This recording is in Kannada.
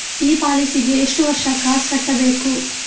ಈ ಪಾಲಿಸಿಗೆ ಎಷ್ಟು ವರ್ಷ ಕಾಸ್ ಕಟ್ಟಬೇಕು?